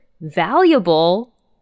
valuable